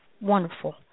wonderful